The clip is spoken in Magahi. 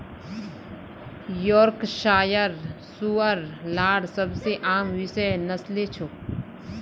यॉर्कशायर सूअर लार सबसे आम विषय नस्लें छ